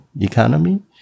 economy